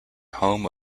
home